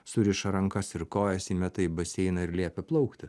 suriša rankas ir kojas įmeta į baseiną ir liepia plaukti